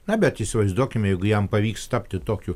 na bet įsivaizduokime jeigu jam pavyks tapti tokiu